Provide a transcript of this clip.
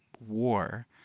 war